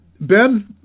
Ben